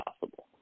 possible